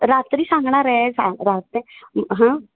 रात्री सांगणार आहे सांग रात हां